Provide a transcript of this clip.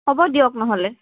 হ'ব দিয়ক নহ'লে